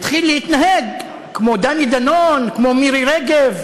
התחיל להתנהג כמו דני דנון, כמו מירי רגב.